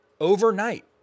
overnight